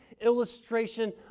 illustration